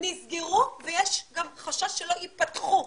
הם נסגרו ויש גם חשש שלא ייפתחו,